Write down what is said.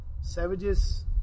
Savages